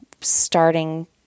starting